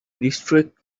district